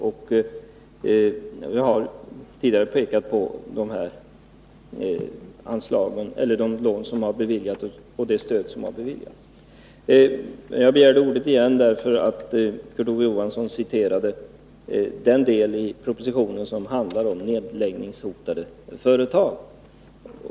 Vi har tidigare pekat på de lån och de stöd som har beviljats. Jag begärde ordet ”igen” därför att Kurt Ove Johansson citerade den del i propositionen som handlar om nedläggningshotade företag.